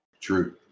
True